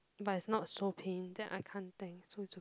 but it's not so pain then I can't tank so it's okay